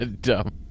dumb